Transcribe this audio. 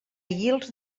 guils